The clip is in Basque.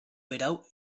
berau